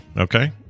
Okay